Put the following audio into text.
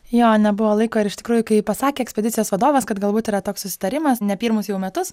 jo nebuvo laiko ir iš tikrųjų kai pasakė ekspedicijos vadovas kad galbūt yra toks susitarimas ne pirmus jau metus